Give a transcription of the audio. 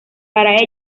para